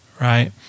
right